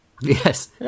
Yes